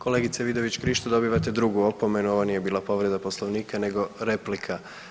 Kolegice Vidović Krišto dobivate drugu opomenu, ovo nije bila povreda poslovnika nego replika.